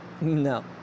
No